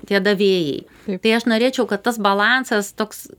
tie davėjai tai aš norėčiau kad tas balansas toks